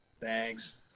thanks